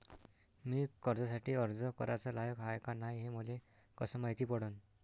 मी कर्जासाठी अर्ज कराचा लायक हाय का नाय हे मले कसं मायती पडन?